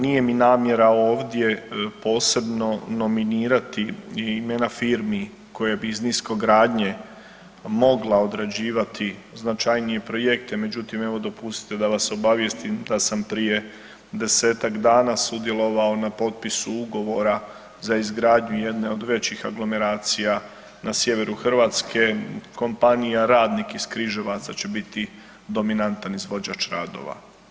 Nije mi namjera ovdje posebno nominirati imena firmi koje bi iz niskogradnje mogla odrađivati značajnije projekte, međutim evo dopustite da vas obavijestim da sam prije desetak dana sudjelovao na potpisu ugovora za izgradnju jedne od većih aglomeracija na Sjeveru Hrvatske, kompanija Radnik iz Križevaca će biti dominantan izvođač radova.